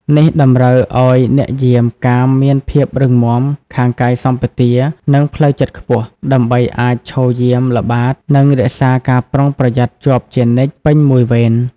នេះតម្រូវឲ្យអ្នកយាមកាមមានភាពរឹងមាំខាងកាយសម្បទា និងផ្លូវចិត្តខ្ពស់ ដើម្បីអាចឈរយាម ល្បាត និងរក្សាការប្រុងប្រយ័ត្នជាប់ជានិច្ចពេញមួយវេន។